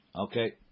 Okay